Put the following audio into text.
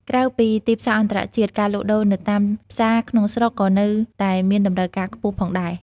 ក្រៅពីទីផ្សារអន្តរជាតិ ការលក់ដូរនៅតាមផ្សារក្នុងស្រុកក៏នៅតែមានតម្រូវការខ្ពស់ផងដែរ។